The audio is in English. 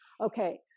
Okay